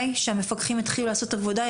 שהמפקחים יתחילו לעשות עבודה,